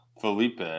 Felipe